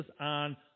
on